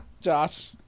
Josh